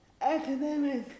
academic